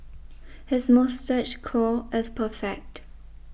his moustache curl is perfect